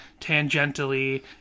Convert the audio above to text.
tangentially